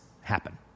happen